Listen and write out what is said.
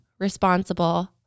Responsible